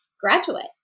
graduate